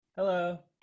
Hello